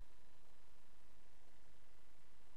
משפחה